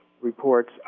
Reports